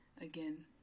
again